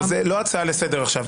זו לא הצעה לסדר עכשיו.